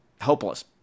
hopeless